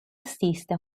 assiste